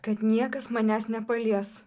kad niekas manęs nepalies